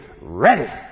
ready